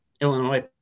Illinois